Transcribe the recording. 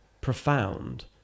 profound